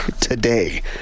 today